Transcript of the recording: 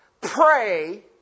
pray